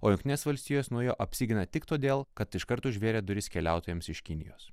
o jungtinės valstijos nuo jo apsigina tik todėl kad iškart užvėrė duris keliautojams iš kinijos